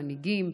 מנהיגים,